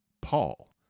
Paul